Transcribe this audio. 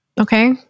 Okay